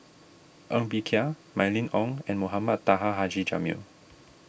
Ng Bee Kia Mylene Ong and Mohamed Taha Haji Jamil